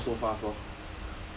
go so fast orh